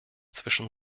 zwischen